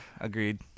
agreed